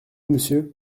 monsieur